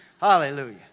Hallelujah